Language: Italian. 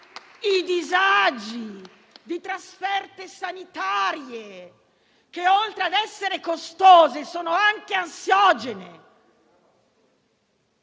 i disagi di trasferte sanitarie che, oltre ad essere costose, sono anche ansiogene.